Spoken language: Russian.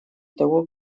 того